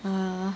ah